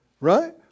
right